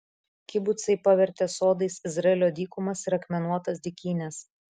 kibucai pavertė sodais izraelio dykumas ir akmenuotas dykynes